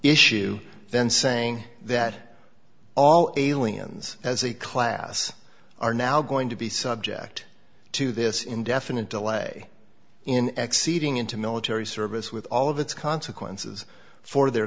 issue then saying that all aliens as a class are now going to be subject to this indefinite delay in acceding into military service with all of its consequences for their